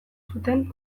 zuten